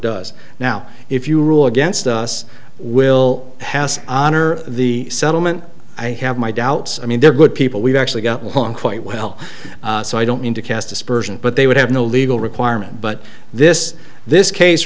does now if you rule against us will has honor the settlement i have my doubts i mean they're good people we've actually got along quite well so i don't need to cast aspersions but they would have no legal requirement but this this case